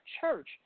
church